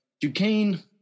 Duquesne